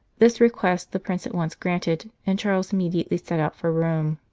this request the prince at once granted, and charles immediately set out for rome.